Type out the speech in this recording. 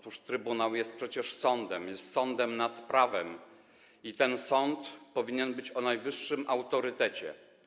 Trybunał jest przecież sądem, jest sądem nad prawem, i ten sąd powinien być sądem o najwyższym autorytecie.